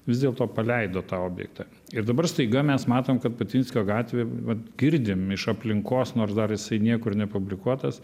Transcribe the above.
vis dėlto paleido tą objektą ir dabar staiga mes matom kad putvinskio gatvė vat girdim iš aplinkos nors dar jisai niekur nepublikuotas